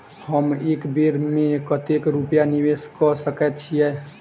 हम एक बेर मे कतेक रूपया निवेश कऽ सकैत छीयै?